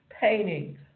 painting